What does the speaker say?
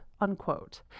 unquote